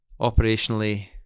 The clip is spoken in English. operationally